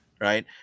right